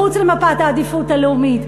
הן מחוץ למפת העדיפות הלאומית.